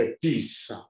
peace